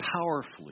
powerfully